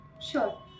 Sure